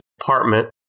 apartment